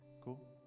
Cool